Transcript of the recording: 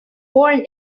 born